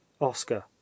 Oscar